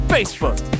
Facebook